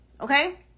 okay